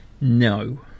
No